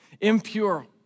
impure